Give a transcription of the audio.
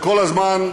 וכל הזמן,